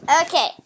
Okay